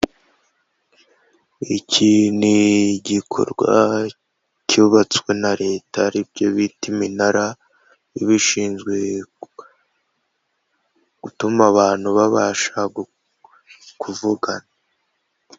Iki ni igikorwa cyubatswe na Leta aribyo bita iminara, ubishinzwe utuma abantu babasha kuvugana.